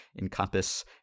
encompass